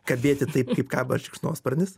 kabėti taip kaip kaba šikšnosparnis